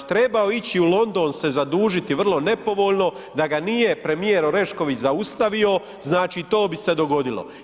Trebao je ići u London se zadužiti vrlo nepovoljno da ga nije premijer Orešković zaustavio to bi se dogodilo.